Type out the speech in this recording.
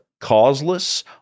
causeless